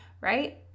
right